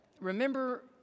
remember